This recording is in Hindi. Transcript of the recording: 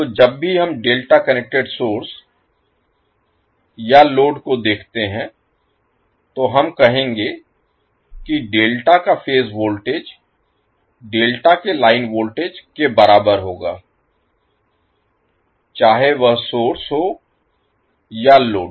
तो जब भी हम डेल्टा कनेक्टेड सोर्स या लोड को देखते हैं तो हम कहेंगे कि डेल्टा का फेज वोल्टेज डेल्टा के लाइन वोल्टेज के बराबर होगा चाहे वह सोर्स हो या लोड